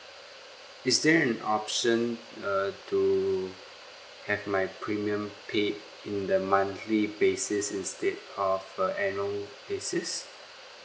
is there an option uh to have my premium paid in the monthly basis instead of a annual basis